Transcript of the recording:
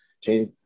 change